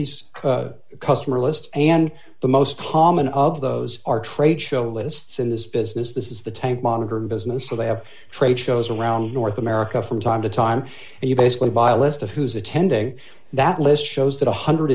these customer lists and the most common of those are trade show lists in this business this is the time monitor business so they have trade shows around north america from time to time and you basically buy a list of who's attending that list shows that one hundred